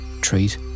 treat